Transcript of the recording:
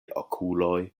okuloj